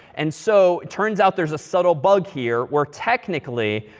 and so it turns out there's a subtle bug here where, technically,